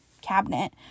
cabinet